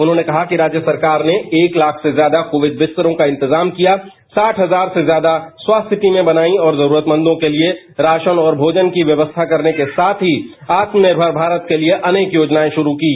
उन्होंने कहा कि राज्य सरकार ने एक ताख से ज्यादा कोविड बिस्तरों का इंतजाम किया साठ हजार से ज्यादा स्वास्थ्य टीमें बनाई और जरूरतमंदों के लिए रासन और भोजन की व्यवस्था करने के साथ ही आत्मनिर्मर भारत के लिए अनेक योजनाएं शुरू कीं